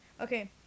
Okay